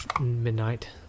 midnight